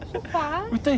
so fast